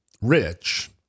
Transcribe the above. rich